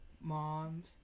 moms